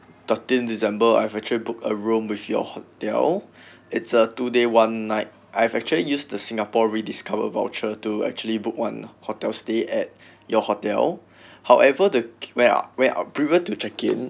thirteen december I've actually book a room with your hotel it's a two day one night I've actually use the singapore rediscover voucher to actually book one hotel stay at your hotel however the we are we are prepared to check in